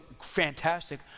fantastic